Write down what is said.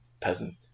Peasant